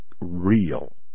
real